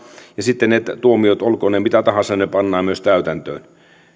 ja sitten ne tuomiot olkoot ne mitä tahansa pannaan myös täytäntöön